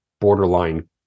borderline